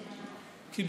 כי,